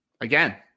Again